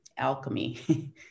alchemy